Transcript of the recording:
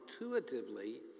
intuitively